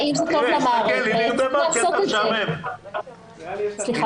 תסביר לה מה קרה, היא לא הבינה שזה נתקע.